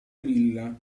villa